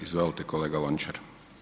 Izvolite kolega Lončar.